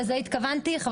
לזה התכוונתי.